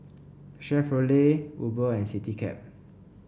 Chevrolet Uber and Citycab